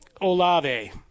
Olave